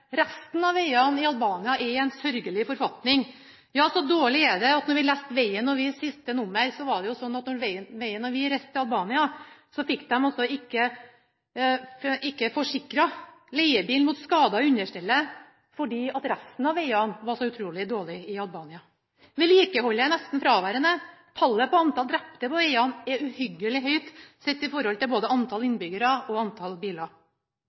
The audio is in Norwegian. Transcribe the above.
Resten av vegene i Albania er i en sørgelig forfatning. Så dårlig er det at da vi leste siste nummer av Vegen og vi, var det sånn at da Vegen og vi reiste til Albania, fikk de ikke forsikret leiebilen mot skader på understellet fordi resten av vegene var så utrolig dårlige der. Vedlikeholdet er nesten fraværende. Tallet på antall drepte på vegene er uhyggelig høyt sett i forhold til både antall innbyggere og antall biler.